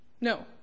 No